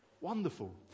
Wonderful